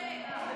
אשליה.